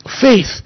Faith